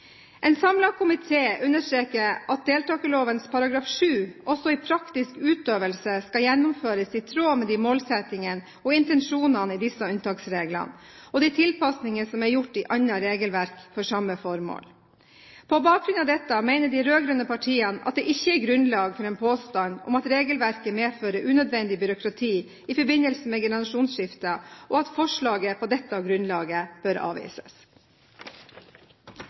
En samlet komité understreker at deltakerloven § 7 også i praktisk utøvelse skal gjennomføres i tråd med målsettingene og intensjonene i disse unntaksreglene, og tilpasningene som er gjort i annet regelverk for samme formål. På bakgrunn av dette mener de rød-grønne partiene at det ikke er grunnlag for en påstand om at regelverket medfører unødvendig byråkrati i forbindelse med generasjonsskifter, og at forslaget på dette grunnlaget bør avvises.